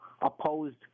opposed